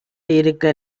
இருக்க